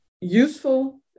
useful